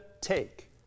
take